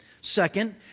Second